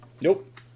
Nope